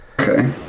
okay